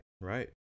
right